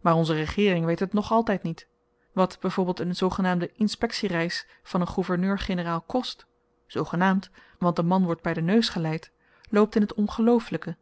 maar onze regeering weet het nog altyd niet wat byv een zoogenaamde inspektiereis van n gouverneur-generaal kost zoogenaamd want de man wordt by den neus geleid loopt in t ongelooflyke